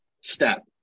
step